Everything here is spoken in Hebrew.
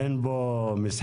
אין פה משחקים,